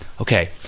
Okay